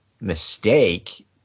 mistake